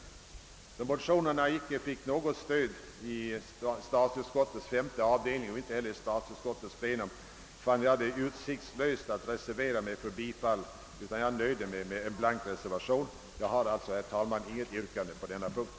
Men eftersom motionerna inte har fått något stöd i statsutskottets femte avdelning och inte heller hos statsutskottet i plenum fann jag det utsiktslöst att reservera mig för bifall till motionerna och nöjde mig med en blank reservation. Jag har därför, herr talman, inget yrkande vid denna punkt.